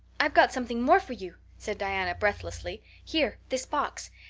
i've got something more for you, said diana breathlessly. here this box.